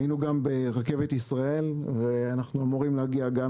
היינו גם ברכבת ישראל ואנחנו אמורים להגיע עם